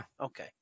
Okay